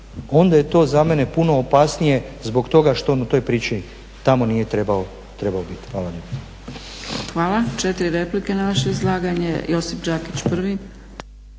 onda je to za mene puno opasnije zbog toga što on u toj priči tamo nije trebao biti. Hvala